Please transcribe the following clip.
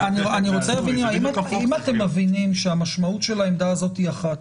האם אתם מבינים שהמשמעות של העמדה הזאת אחת?